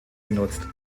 genutzt